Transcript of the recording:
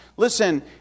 Listen